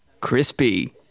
Crispy